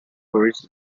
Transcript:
tourism